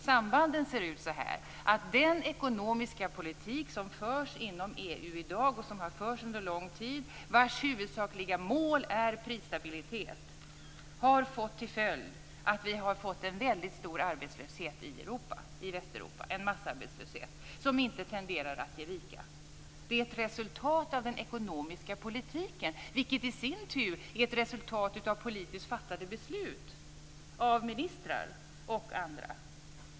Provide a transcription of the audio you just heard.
Sambanden ser ut så här: Den ekonomiska politik som förs inom EU i dag och som har förts under lång tid, vars huvudsakliga mål är prisstabilitet, har fått till följd att vi har fått en väldigt stor arbetslöshet i Västeuropa, en massarbetslöshet som inte tenderar att ge vika. Det är ett resultat av den ekonomiska politiken, vilken i sin tur är ett resultat av politiskt fattade beslut av ministrar och andra.